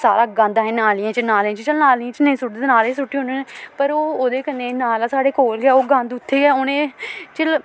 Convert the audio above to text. सारा गंद अहें नालियें च नालें च नालियें च नेईं सुट्टदे ते नाले सुट्टी ओड़ने होन्ने पर ओह्दे कन्नै नाला साढ़े कोल गै ओह् गंद उत्थें गै